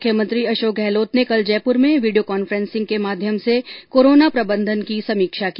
मुख्यमंत्री अशोक गहलोत ने कल जयपुर में वीडियो कांफ्रेंन्सिंग के माध्यम से कोरोना प्रबंधन की समीक्षा की